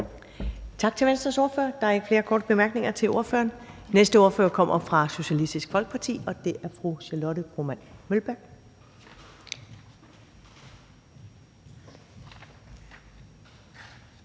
Tak til Venstres ordfører. Der er ikke flere korte bemærkninger til ordføreren. Den næste ordfører kommer fra Socialistisk Folkeparti, og det er fru Charlotte Broman Mølbæk.